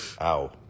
Ow